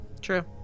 True